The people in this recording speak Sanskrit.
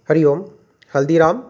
हरि ओम् हल्दिराम्